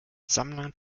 sammlern